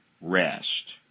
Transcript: rest